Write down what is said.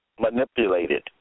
manipulated